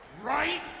right